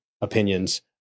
opinions